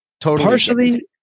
Partially